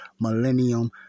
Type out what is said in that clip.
millennium